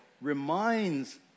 reminds